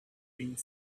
being